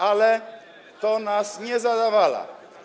Ale to nas nie zadowala.